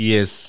Yes